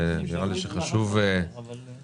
חשוב מאוד לקדם את זה.